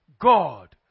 God